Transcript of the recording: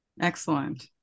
Excellent